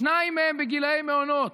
שניים מהם בגיל מעונות.